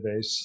database